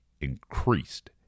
increased